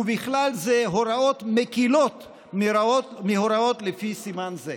ובכלל זה הוראות מקילות מההוראות לפי סימן זה.